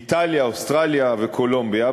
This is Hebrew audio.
איטליה, אוסטרליה וקולומביה.